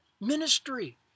ministry